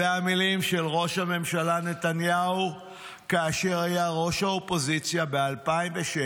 אלה המילים של ראש הממשלה נתניהו כאשר היה ראש האופוזיציה ב-2006,